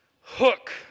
Hook